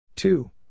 Two